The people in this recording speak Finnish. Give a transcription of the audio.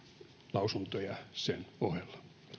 lausuntoja sen ohella